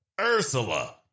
Ursula